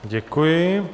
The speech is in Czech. Děkuji.